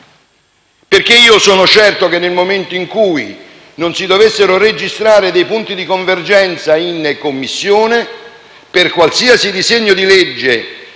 Perché io sono certo che, nel momento in cui non si dovessero registrare dei punti di convergenza in Commissione, per qualsiasi disegno di legge